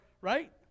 right